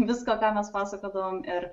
viską ką mes pasakodavom ir